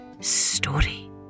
story